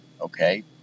Okay